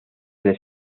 del